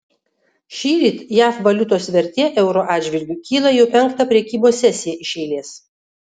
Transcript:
šįryt jav valiutos vertė euro atžvilgiu kyla jau penktą prekybos sesiją iš eilės